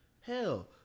hell